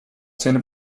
szene